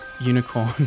unicorn